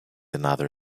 another